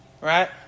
Right